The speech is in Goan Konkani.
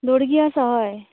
दोडगी आसा हय